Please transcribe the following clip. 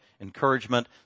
encouragement